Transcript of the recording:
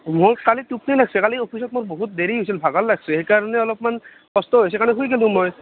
মোৰ কালি টোপনি লাগছে মোৰ কালি অফিচত মোৰ বহুত দেৰি হৈছিল ভাগাৰ লাগছে সেইকাৰণে অলপমান কষ্ট হৈছে কাৰণে শুই গেলো মই